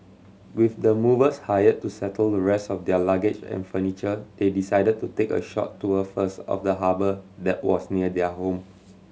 with the movers hired to settle the rest of their luggage and furniture they decided to take a short tour first of the harbour that was near their home